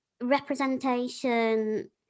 representation